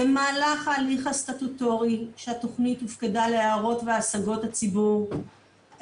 במהלך ההליך הסטטוטורי שהתכנית הופקדה להערות והשגות הציבור,